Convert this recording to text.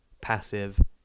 passive